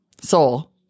soul